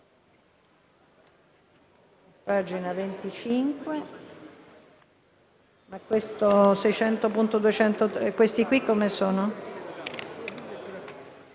Grazie,